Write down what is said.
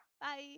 Bye